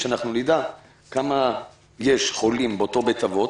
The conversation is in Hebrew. שנדע כמה יש חולים באותו בית-אבות.